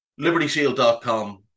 LibertyShield.com